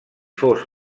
fos